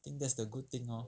think that's the good thing loh